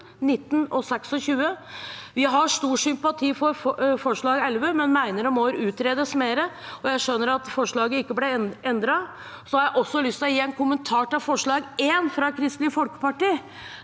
19 og 26. Vi har stor sympati for forslag nr. 11, men mener at det må utredes mer. Jeg skjønner at forslaget ikke ble endret. Jeg har også lyst til å gi en kommentar til forslag nr. 1, fra Kristelig Folkeparti: